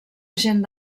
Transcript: agent